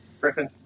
Griffin